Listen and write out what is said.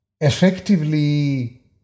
effectively